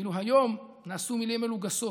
ואילו היום נעשו מילים אלו גסות.